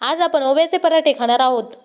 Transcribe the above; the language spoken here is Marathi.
आज आपण ओव्याचे पराठे खाणार आहोत